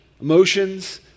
emotions